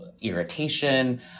irritation